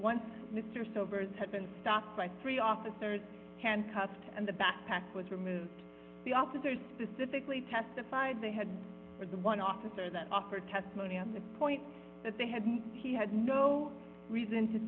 once mr silver's had been stopped by three officers handcuffed and the backpack was removed the officers specifically testified they had the one officer that offer testimony on the point that they had he had no reason to